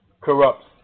corrupts